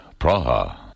Praha